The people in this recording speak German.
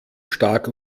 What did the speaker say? stark